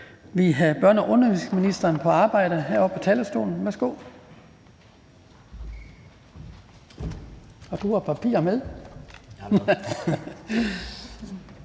vi have børne- og undervisningsministeren på arbejde heroppe på talerstolen. Værsgo. Kl. 12:46 Børne-